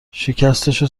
شکستشو